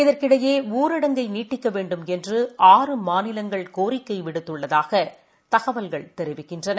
இதற்கிடையேணரடங்கை நீட்டிக்கவேண்டுமென்று மாநிலங்கள் ஆறு கோரிக்கைவிடுத்துள்ளதாகதகவல்கள் தெரிவிக்கின்றன